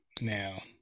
Now